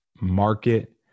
market